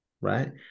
right